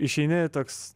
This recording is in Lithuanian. išeini toks